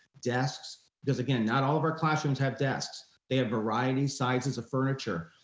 desks, because again, not all of our classrooms have desks. they have variety sizes of furniture,